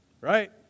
right